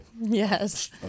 Yes